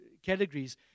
Categories